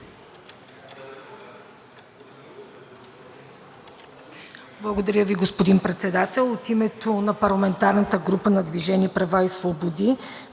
Благодаря Ви, господин Петков. От името на парламентарната група на „Движение за права и свободи“?